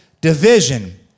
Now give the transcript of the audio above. division